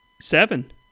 seven